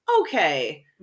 okay